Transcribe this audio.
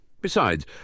Besides